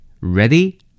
Ready